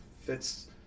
fits